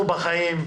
אנחנו בחיים,